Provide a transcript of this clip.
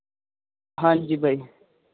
ਹਾਂਜੀ ਬਾਈ